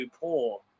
poor